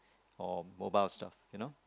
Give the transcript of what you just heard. or mobile stuff you know